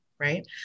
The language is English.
Right